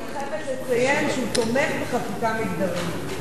אני חייבת לציין שהוא תומך בחקיקה מגדרית.